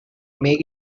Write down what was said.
make